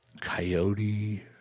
coyote